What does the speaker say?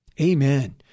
amen